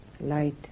light